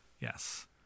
Yes